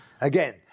again